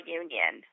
union